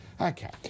Okay